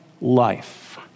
life